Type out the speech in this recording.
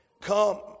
Come